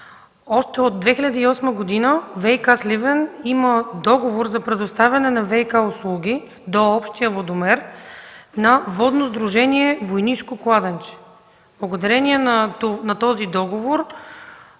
Още от 2008 г. ВиК – Сливен има договор за предоставяне на ВиК услуги до общия водомер на Водно сдружение „Войнишко кладенче”. Благодарение на този договор